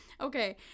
Okay